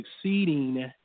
succeeding